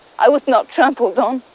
i was not trampled on,